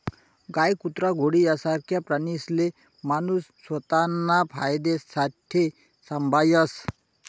गाय, कुत्रा, घोडा यासारखा प्राणीसले माणूस स्वताना फायदासाठे संभायस